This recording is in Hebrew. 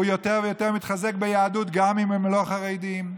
והוא יותר ויותר מתחזק ביהדות, גם אם הם לא חרדים,